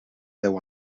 deu